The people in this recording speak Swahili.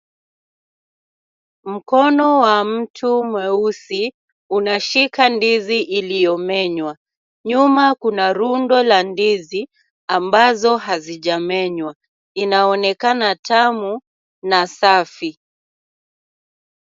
Mkono wa mtu mweusi unashika ndizi iliyomenywa. Nyuma kuna rundo la ndizi ambazo hazija menywa, inaonekana tamu na safi.